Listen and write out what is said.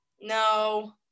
No